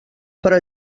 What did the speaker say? però